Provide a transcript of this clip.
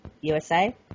USA